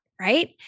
right